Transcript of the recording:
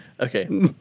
Okay